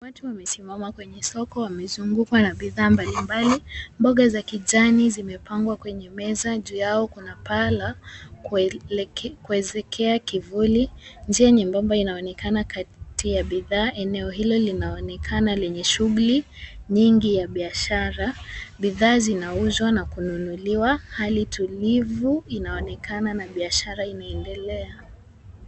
Watu wamesimama kwenye soko. Wamezungukwa na bidhaa mbalimbali. Mboga za kijani zimepangwa kwenye meza. Juu yao kuna paa la kuezekea kivuli. Njia nyembamba inaonekana kati ya bidhaa. Eneo hilo linaonekana lenye shughuli nyingi ya biashara. Bidhaa zinauzwa na kununuliwa. Hali tulivu inaonekana na biashara inaendelea.